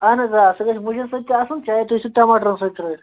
اَہَن حظ آ سُہ گژھِ مُجَن سۭتۍ تہِ اَصل چاہے تُہۍ سُہ ٹَماٹرن سۭتۍ ترٛٲوِو